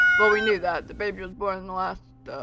well we knew that, the baby was born in the last